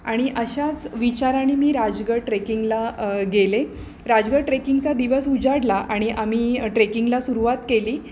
आणि अशाच विचाराने मी राजगड ट्रेकिंगला गेले राजगड ट्रेकिंगचा दिवस उजाडला आणि आम्ही ट्रेकिंगला सुरुवात केली